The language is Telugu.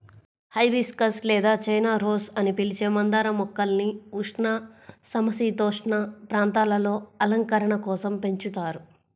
హైబిస్కస్ లేదా చైనా రోస్ అని పిలిచే మందార మొక్కల్ని ఉష్ణ, సమసీతోష్ణ ప్రాంతాలలో అలంకరణ కోసం పెంచుతారు